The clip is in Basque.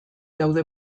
daude